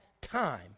time